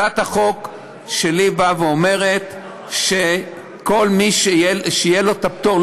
הצעת החוק שלי באה ואומרת שכל מי שיהיה לו הפטור,